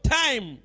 time